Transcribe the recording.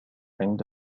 عند